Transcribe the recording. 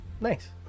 Nice